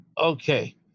Okay